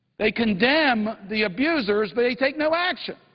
they condemn the abusers but they take no action.